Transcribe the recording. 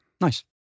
Nice